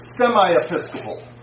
semi-episcopal